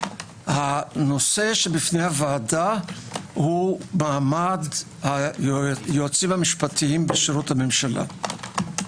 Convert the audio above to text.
הנושא בפני הוועדה הוא מעמד היועצים המשפטיים בשירות הממשלה.